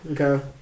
Okay